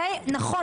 נכון,